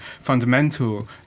fundamental